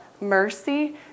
mercy